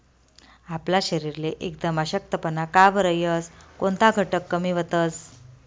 आपला शरीरले एकदम अशक्तपणा का बरं येस? कोनता घटक कमी व्हतंस?